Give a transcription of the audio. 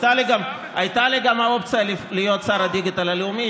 הייתה לי גם האופציה להיות שר הדיגיטל הלאומי.